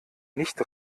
nicht